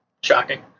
Shocking